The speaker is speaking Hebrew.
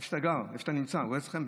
איפה שאתה גר, איפה שאתה נמצא, ביוון,